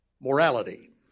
morality